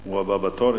שהוא הבא בתור.